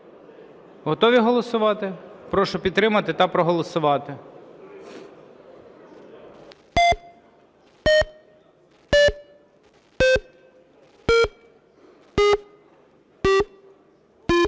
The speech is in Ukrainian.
Готові голосувати? Прошу підтримати та проголосувати.